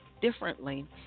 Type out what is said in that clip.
differently